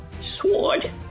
Sword